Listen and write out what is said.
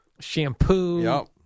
shampoo